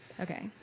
Okay